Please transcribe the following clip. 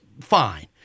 fine